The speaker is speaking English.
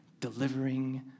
delivering